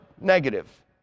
Negative